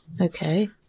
Okay